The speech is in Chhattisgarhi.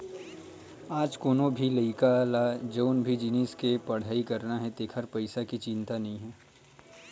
आज कोनो भी लइका ल जउन भी जिनिस के पड़हई करना हे तेखर पइसा के चिंता नइ हे